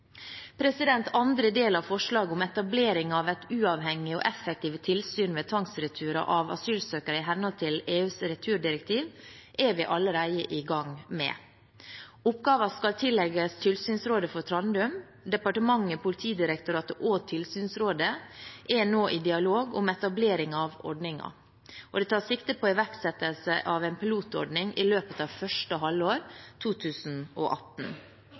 Andre del av forslaget, om etablering av et «uavhengig og effektivt tilsyn med tvangsreturer av asylsøkere i henhold til EUs returdirektiv», er vi allerede i gang med. Oppgaven skal tillegges tilsynsrådet for Trandum. Departementet, Politidirektoratet og tilsynsrådet er nå i dialog om etableringen av ordningen. Det tas sikte på iverksettelse av en pilotordning i løpet av første halvår 2018.